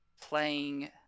playing